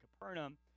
Capernaum